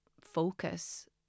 focus